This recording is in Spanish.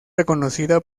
reconocida